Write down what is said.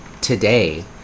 today